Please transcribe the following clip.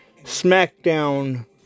Smackdown